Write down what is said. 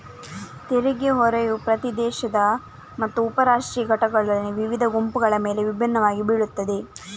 ತೆರಿಗೆ ಹೊರೆಯು ಪ್ರತಿ ದೇಶ ಮತ್ತು ಉಪ ರಾಷ್ಟ್ರೀಯ ಘಟಕಗಳಲ್ಲಿನ ವಿವಿಧ ಗುಂಪುಗಳ ಮೇಲೆ ವಿಭಿನ್ನವಾಗಿ ಬೀಳುತ್ತದೆ